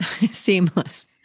seamless